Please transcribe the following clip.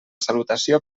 salutació